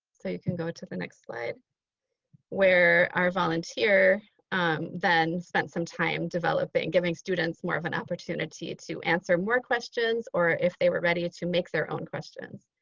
so you can go to the next slide where our volunteer then spent some time developing, giving students more of an opportunity to answer more questions or if they were ready to make their own questions.